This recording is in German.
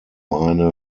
eine